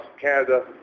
Canada